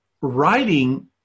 writing